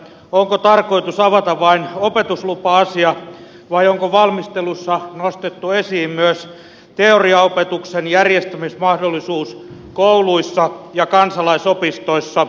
onko tarkoitus avata vain opetuslupa asia vai onko valmistelussa nostettu esiin myös teoriaopetuksen järjestämismahdollisuus kouluissa ja kansalaisopistoissa